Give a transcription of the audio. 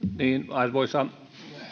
arvoisa